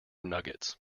nuggets